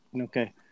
Okay